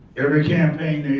every campaign